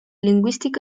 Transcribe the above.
lingüístic